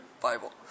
Bible